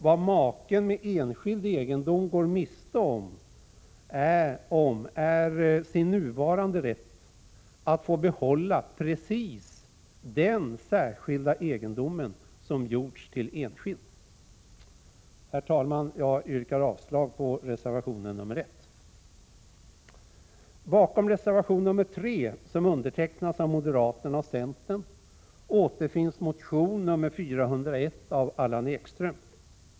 Vad maken med enskild egendom går miste om är sin nuvarande rätt att få behålla precis den särskilda egendomen som gjorts till enskild. Jag yrkar avslag på reservation nr 1. Bakom reservation nr 3 som undertecknats av moderaterna och centern återfinns motion nr 401 av Allan Ekström.